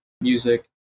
music